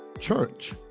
church